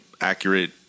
accurate